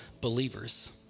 Believers